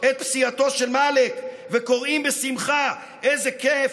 את פציעתו של מאלכ וקוראים בשמחה: איזה כיף,